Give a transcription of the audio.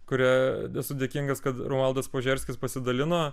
kuri esu dėkingas kad romualdas požerskis pasidalino